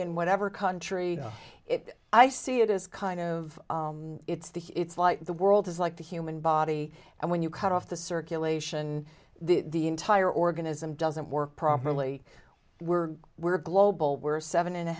in whatever country i see it is kind of it's the it's like the world is like the human body and when you cut off the circulation the entire organism doesn't work properly we're we're global we're seven and a